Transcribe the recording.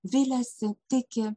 viliasi tiki